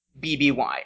BBY